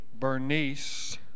Bernice